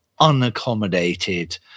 unaccommodated